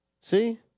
See